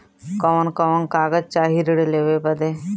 कवन कवन कागज चाही ऋण लेवे बदे?